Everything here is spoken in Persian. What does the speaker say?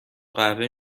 قهوه